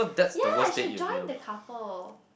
ya I should've joined the couple